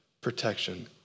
protection